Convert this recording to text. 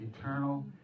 eternal